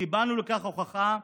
קיבלנו לכך הוכחה,